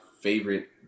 favorite